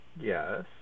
Yes